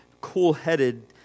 cool-headed